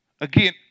Again